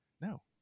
no